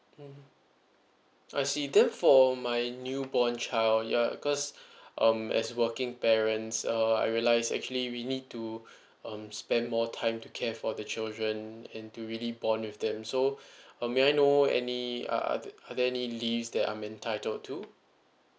mm I see them for my newborn child yeah cause um as working parents uh I realise actually we need to um spend more time to care for the children and to really bond with them so uh may I know any uh are there are there any leaves that I'm entitled to